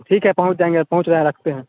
ठीक है पहुँच जाएँगे और पहुँच रहें रखते हैं